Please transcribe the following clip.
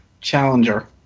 challenger